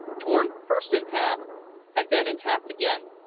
torn first in half and then in half again,